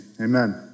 amen